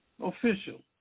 Official